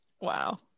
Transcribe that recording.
wow